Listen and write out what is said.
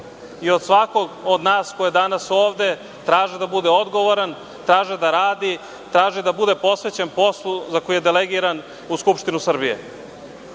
i od svakog od nas ko je danas ovde traže da bude odgovoran, traže da radi, traže da bude posvećen poslu za koji je delegiran u Skupštinu Srbije.Zašto